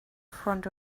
front